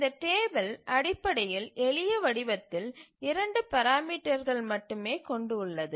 இந்த டேபிள் அடிப்படையில் எளிய வடிவத்தில் இரண்டு பராமீட்டர்கள் மட்டுமே கொண்டு உள்ளது